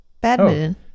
Badminton